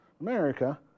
America